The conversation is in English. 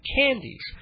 candies